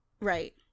right